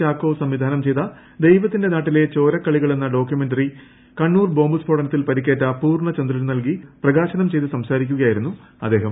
ചാക്കോ സംവിധാനം ചെയ്ത ദൈവത്തിന്റെ നാട്ടിലെ ചോരക്കളികൾ എന്ന ഡോക്യുമെന്ററി കണ്ണൂർ ബോംബ് സ് ഫോടനത്തിൽ പരിക്കേറ്റ പൂർണചന്ദ്രന് നല്കി പ്രകാശനം ചെയ്തു സംസാരിക്കുകയായിരന്നു അദ്ദേഹം